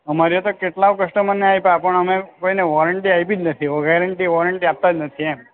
અમારે તો કેટલા કસ્ટમરને આયપા પણ અમે કોઈને વૉરંટી આપી જ નથી ગેરંટી વોરંટી આપતા જ નથી એમ